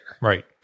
Right